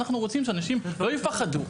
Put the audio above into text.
אנחנו רוצים שאנשים לא יפחדו,